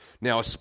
Now